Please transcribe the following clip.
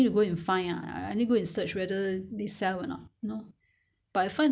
硬硬这样不好吃你懂 mah 那个那个饭 ah 硬硬的嗯很难吃 eh